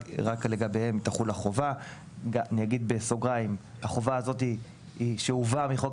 רק לגביהם תחול החובה (החובה הזאת שהובאה מחוק